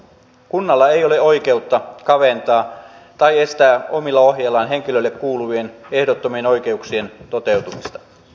kunnalla ei ole oikeutta kaventaa tai estää omilla ohjeillaan henkilölle kuuluvien ehdottomien oikeuksien toteutumista